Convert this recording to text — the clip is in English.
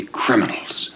criminals